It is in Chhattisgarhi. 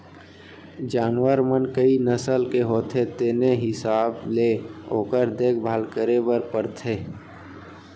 जानवर मन कई नसल के होथे तेने हिसाब ले ओकर देखभाल करे बर परथे